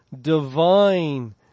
divine